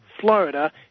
Florida